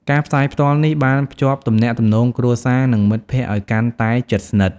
ការផ្សាយផ្ទាល់នេះបានភ្ជាប់ទំនាក់ទំនងគ្រួសារនិងមិត្តភក្តិឱ្យកាន់តែជិតស្និទ្ធ។